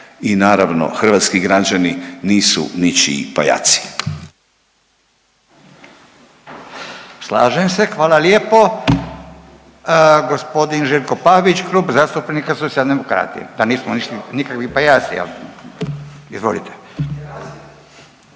I naravno hrvatski građani nisu ničiji pajaci. **Radin, Furio (Nezavisni)** Slažem se. Hvala lijepo. Gospodin Željko Pavić, Klub zastupnika Socijaldemokrati. Da nismo nikakvi pajaci, jel'? Izvolite.